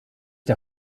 der